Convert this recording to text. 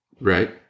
right